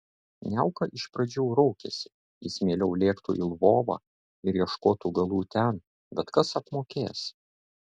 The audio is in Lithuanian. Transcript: niauka iš pradžių raukėsi jis mieliau lėktų į lvovą ir ieškotų galų ten bet kas apmokės